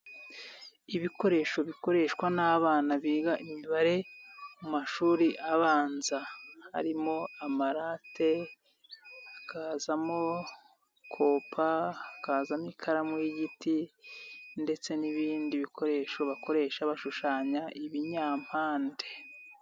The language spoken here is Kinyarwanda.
Ibikoresho bikoreshwa n'abana biga imibare mu mashuri abanza harimo amarate hakazamo kopa hakazamo ikaramu y'igiti ndetse n'ibindi bikoresho bakoresha bashushanya ibinyampande.